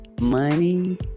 Money